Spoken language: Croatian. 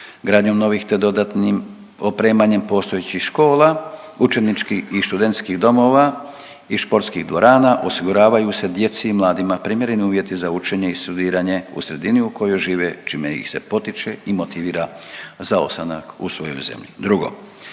Gradnjom novih, te dodatnim opremanjem postojećih škola, učeničkih i študentskih domova i športskih dvorana osiguravaju se djeci i mladima primjereni uvjeti za učenje i studiranje u sredini u kojoj žive, čime ih se potiče i motivira za ostanak u svojoj zemlji.